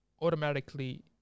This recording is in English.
automatically